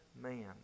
man